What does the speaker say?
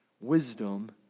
Wisdom